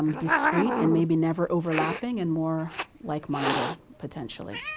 um discrete and maybe never overlapping and more like-minded, potentially.